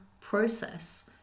process